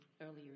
earlier